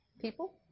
people